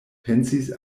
pensis